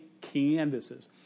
canvases